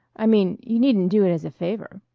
i mean you needn't do it as a favor.